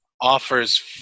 offers